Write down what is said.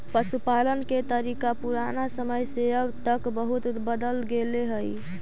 पशुपालन के तरीका पुराना समय से अब तक बहुत बदल गेले हइ